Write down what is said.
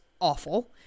awful